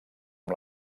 amb